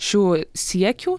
šių siekių